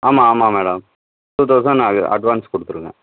ஆமாம் ஆமாம் madam two thousand ஆகுது அட்வான்ஸ் கொடுத்துடுங்க